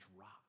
rock